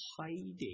hiding